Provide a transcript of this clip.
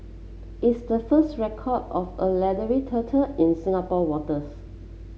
is the first record of a leathery turtle in Singapore waters